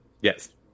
Yes